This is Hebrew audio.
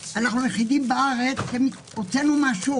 מרוויחים יוצא מן הכלל,